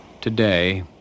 Today